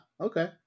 okay